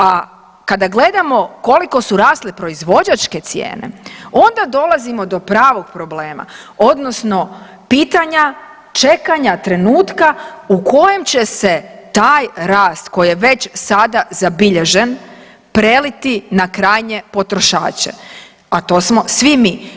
A kada gledamo koliko su rasle proizvođačke cijene onda dolazimo do pravog problema odnosno pitanja čekanja trenutka u kojem će se taj rast koji je već sada zabilježen preliti na krajnje potrošače, a to smo svi mi.